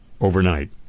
overnight